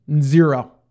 Zero